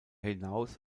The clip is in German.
hinaus